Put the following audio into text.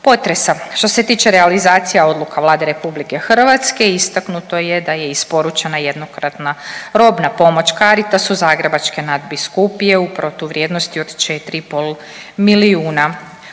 potresa. Što se tiče realizacija odluka Vlade Republike Hrvatske istaknuto je da je isporučena jednokratna robna pomoć Caritasu Zagrebačke nadbiskupije u protuvrijednosti od 4 i pol milijuna kuna.